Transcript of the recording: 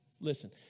Listen